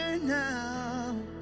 now